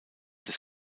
des